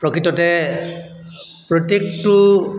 প্ৰকৃততে প্ৰত্যেকটো